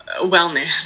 wellness